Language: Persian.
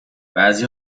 بعضی